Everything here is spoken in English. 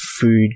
Food